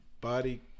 body